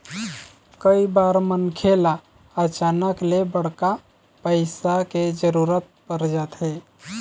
कइ बार मनखे ल अचानक ले बड़का पइसा के जरूरत पर जाथे